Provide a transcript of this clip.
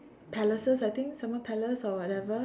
palaces I think summer palace or whatever